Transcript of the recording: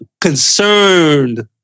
concerned